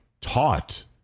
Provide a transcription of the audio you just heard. taught